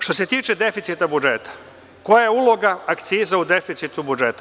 Što se tiče deficita budžeta, koja je uloga akciza u deficitu budžeta?